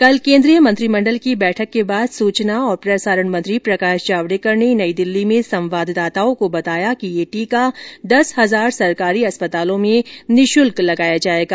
कल केन्द्रीय मंत्रिमंडल की बैठक के बाद सूचना और प्रसारण मंत्री प्रकाश जावडेकर ने नई दिल्ली में संवाददाताओं को बताया कि यह टीका दस हजार सरकारी अस्पतालों में निशुल्क लगाया जायेगा